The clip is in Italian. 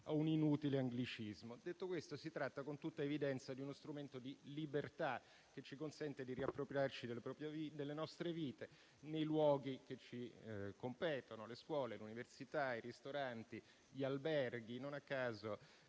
un'inutile anglicismo. Detto questo, si tratta con tutta evidenza di uno strumento di libertà che ci consente di riappropriarci delle nostre vite nei luoghi che ci competono: le scuole, le università, i ristoranti, gli alberghi. Non a caso